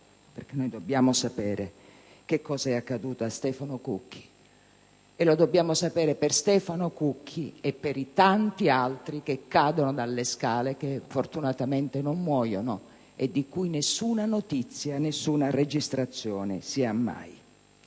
tormento. Dobbiamo sapere cosa è accaduto a Stefano Cucchi, e lo dobbiamo sapere per lui e per i tanti altri che cadono dalle scale e che, fortunatamente, non muoiono, di cui nessuna notizia e nessuna registrazione si hanno mai.